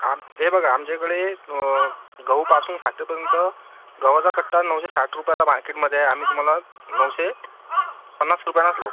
आम हे बघा आमच्याकडे गहूपासून साखरेपर्यंत गव्हाचा कट्टा नऊशे साठ रुपयाला मार्केटमध्ये आहे आम्ही तुम्हाला नऊशे पन्नास रुपयानंच लावू